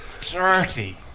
dirty